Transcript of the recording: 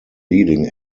leading